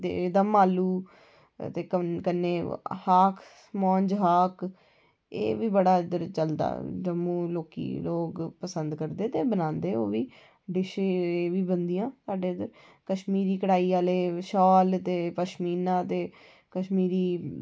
ते दम्म आलू ते कन्नै मौंज हाक एह् बी इद्धर बड़ा चलदा जम्मू लोक बड़े पसंद करदे ते बनांदे इद्धर बी डिशस एह् बी बनदियां साढे़ इद्कधर कश्मीरी कढहाई आह्ले शाल ते पशमिना ते कश्मीरी